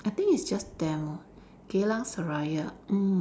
I think it's just demo Geylang Serai mm